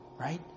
Right